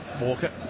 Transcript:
Walker